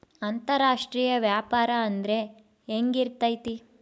ಅಂತರಾಷ್ಟ್ರೇಯ ವ್ಯಾಪಾರ ಅಂದ್ರೆ ಹೆಂಗಿರ್ತೈತಿ?